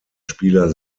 spieler